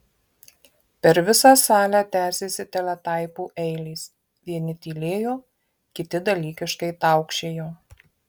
per visą salę tęsėsi teletaipų eilės vieni tylėjo kiti dalykiškai taukšėjo